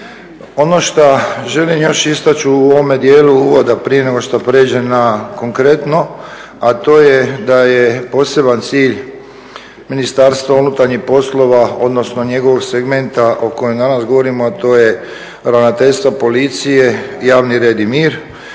Ono šta želim još istaći u ovome dijelu uvoda prije nego što prijeđem na konkretno, a to je da je poseban cilj Ministarstva unutarnjih poslova, odnosno njegovog segmenta o kojem danas govorimo, a to je Ravnateljstva policije javni red i mir